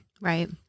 right